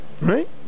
Right